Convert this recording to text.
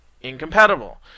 incompatible